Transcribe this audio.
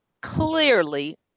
clearly